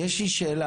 יש לי שאלה,